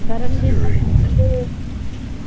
करनि बि था त सभु